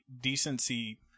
decency